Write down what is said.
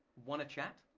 wanna chat?